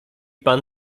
pan